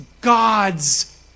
God's